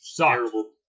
terrible